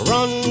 Run